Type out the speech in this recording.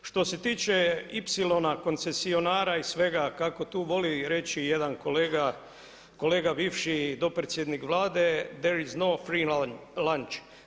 Što se tiče ipsilona, koncesionara i svega kako tu voli reći jedan kolega, kolega bivši dopredsjednik Vlade ther is no free lunch.